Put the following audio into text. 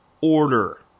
order